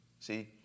See